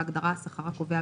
בהגדרה "השכר הקובע",